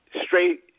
straight